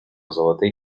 золотий